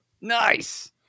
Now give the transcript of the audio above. Nice